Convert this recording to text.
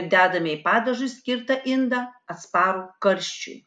ir dedame į padažui skirtą indą atsparų karščiui